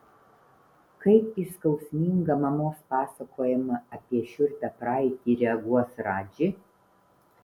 kaip į skausmingą mamos pasakojimą apie šiurpią praeitį reaguos radži